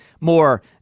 more